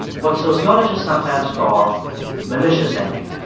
what sociologists sometimes call malicious envy.